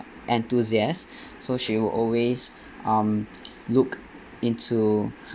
enthusiast so she will always um look into